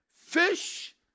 Fish